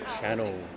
channel